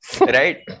Right